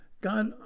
God